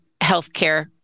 healthcare